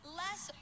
less